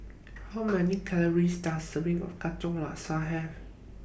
How Many Calories Does A Serving of Katong Laksa Have